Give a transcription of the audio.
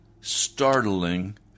startling